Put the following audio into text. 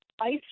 ice